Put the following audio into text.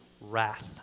wrath